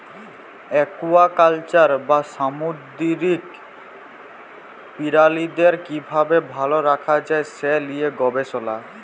aquaculture বা সামুদ্দিরিক পিরালিদের কিভাবে ভাল রাখা যায় সে লিয়ে গবেসলা